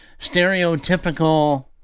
stereotypical